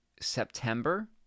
September